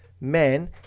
men